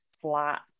flat